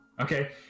Okay